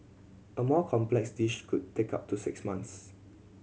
a more complex dish could take up to six months